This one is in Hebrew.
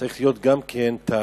צריך להיות גם תאריך